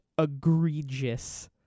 egregious